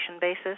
basis